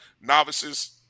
novices